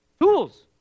Tools